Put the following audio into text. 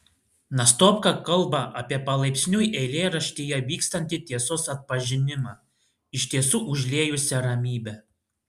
nastopka kalba apie palaipsniui eilėraštyje vykstantį tiesos atpažinimą iš tiesų užliejusią ramybę